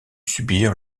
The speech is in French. subir